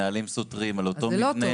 נהלים סותרים על אותו מבנה.